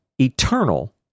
eternal